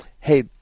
hey